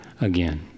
again